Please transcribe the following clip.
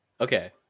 okay